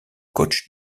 coach